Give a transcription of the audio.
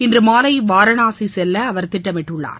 இன்று மாலை வாரணாசி செல்ல அவர் திட்டமிட்டுள்ளார்